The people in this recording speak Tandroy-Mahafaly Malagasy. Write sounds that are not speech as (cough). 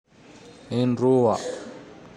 (noise) Indroa! (noise)